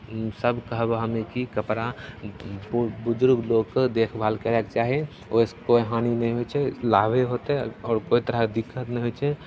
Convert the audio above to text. सब कहब हमे कि कपड़ा बुजुर्ग लोकके देखभाल करैके चाही ओहिसे कोइ हानि नहि होइ छै लाभे होतै आओर कोइ तरहके दिक्कत नहि होइ छै